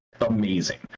amazing